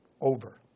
over